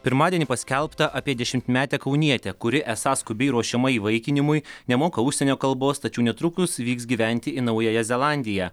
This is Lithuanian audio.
pirmadienį paskelbta apie dešimtmetę kaunietę kuri esą skubiai ruošiama įvaikinimui nemoka užsienio kalbos tačiau netrukus vyks gyventi į naująją zelandiją